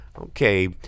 Okay